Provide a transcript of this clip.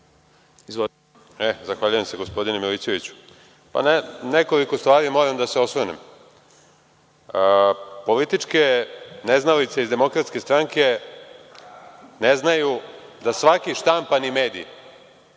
Zahvaljujem se gospodine Milićeviću. Na nekoliko stvari moram da se osvrnem. Političke neznalice iz DS ne znaju da svaki štampani mediji